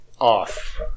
off